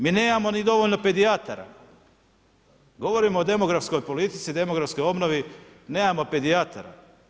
Mi nemamo ni dovoljno pedijatara, govorimo o demografskoj politici, demografskoj obnovi, nemamo pedijatara.